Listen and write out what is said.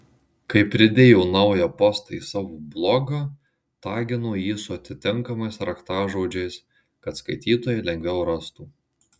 kai pridėjo naują postą į savo blogą tagino jį su atitinkamais raktažodžiais kad skaitytojai lengviau rastų